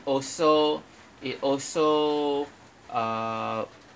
also it also uh